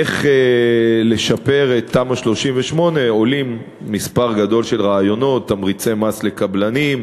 איך לשפר את תמ"א 38. עולים רעיונות רבים: תמריצי מס לקבלנים,